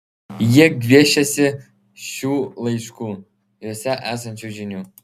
jie gviešiasi šių laiškų juose esančių žinių